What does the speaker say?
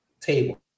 Table